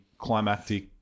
Climactic